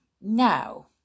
now